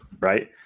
right